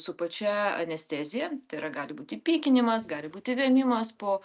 su pačia anestezija tai yra gali būti pykinimas gali būti vėmimas po